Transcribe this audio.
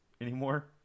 anymore